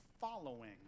following